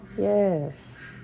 Yes